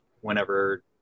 whenever